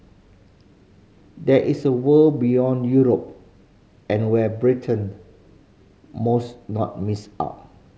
there is a world beyond Europe and where Britain most not miss out